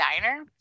diner